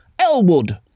Elwood